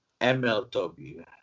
MLW